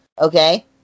Okay